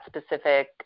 specific